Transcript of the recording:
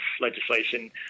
legislation